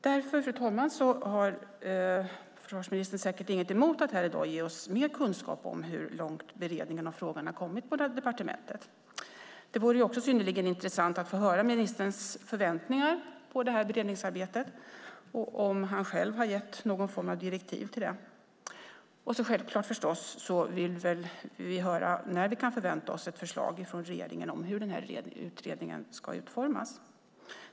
Därför, fru talman, har försvarsministern säkert inget emot att här i dag ge oss mer kunskap om hur långt beredningen av frågan har kommit på departementet. Det vore också synnerligen intressant att få höra ministerns förväntningar på beredningsarbetet och om han själv har gett någon form av direktiv till det. Självklart vill vi förstås höra när vi kan förvänta oss ett förslag från regeringen om hur den här utredningen ska utformas.